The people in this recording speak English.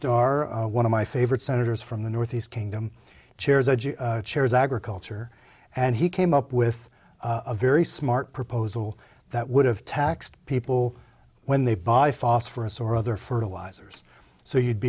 starr one of my favorite senators from the northeast kingdom chairs chairs agriculture and he came up with a very smart proposal that would have taxed people when they buy phosphorus or other fertilizers so you'd